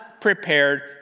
prepared